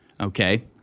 Okay